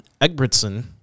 Egbertson